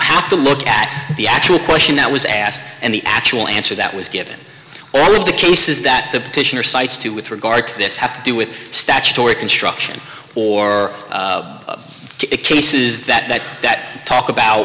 have to look at the actual question that was asked and the actual answer that was given all of the cases that the petitioner cites to with regard to this have to do with statutory construction or cases that that talk about